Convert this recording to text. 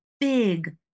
big